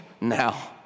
now